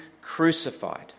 crucified